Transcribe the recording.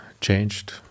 changed